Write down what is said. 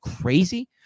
crazy